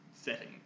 setting